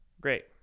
Great